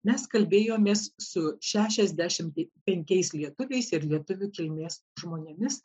mes kalbėjomės su šešiasdešimt penkiais lietuviais ir lietuvių kilmės žmonėmis